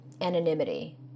anonymity